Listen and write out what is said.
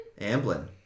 Amblin